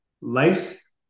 Life's